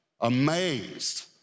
amazed